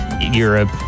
Europe